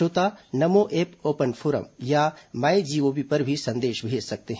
श्रोता NaMo app open forum या MyGov पर भी संदेश भेज सकते हैं